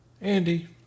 Andy